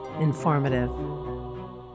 Informative